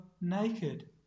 naked